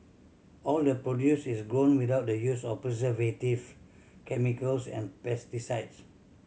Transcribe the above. all the produce is grown without the use of preservative chemicals and pesticides